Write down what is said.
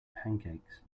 pancakes